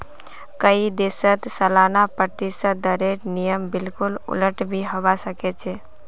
कई देशत सालाना प्रतिशत दरेर नियम बिल्कुल उलट भी हवा सक छे